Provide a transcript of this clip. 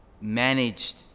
managed